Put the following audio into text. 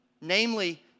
namely